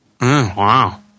wow